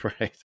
right